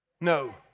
No